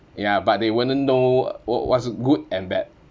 ya but they wouldn't know w~ what's good and bad